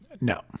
No